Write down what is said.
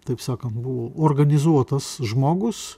taip sakant buvo organizuotas žmogus